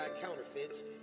counterfeits